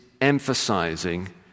emphasizing